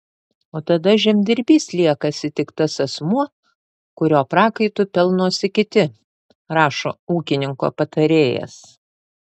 o tada žemdirbys liekasi tik tas asmuo kurio prakaitu pelnosi kiti rašo ūkininko patarėjas